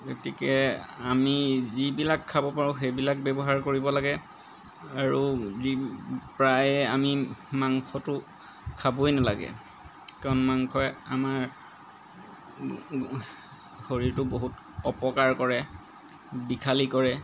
গতিকে আমি যিবিলাক খাব পাৰোঁ সেইবিলাক ব্যৱহাৰ কৰিব লাগে আৰু যি প্ৰায় আমি মাংসটো খাবই নালাগে কাৰণ মাংসই আমাৰ শৰীৰটো বহুত অপকাৰ কৰে বিষালী কৰে